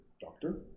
doctor